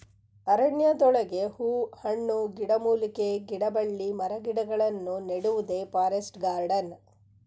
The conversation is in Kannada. ಅರಣ್ಯದೊಳಗೆ ಹೂ ಹಣ್ಣು, ಗಿಡಮೂಲಿಕೆ, ಗಿಡಬಳ್ಳಿ ಮರಗಿಡಗಳನ್ನು ನೆಡುವುದೇ ಫಾರೆಸ್ಟ್ ಗಾರ್ಡನ್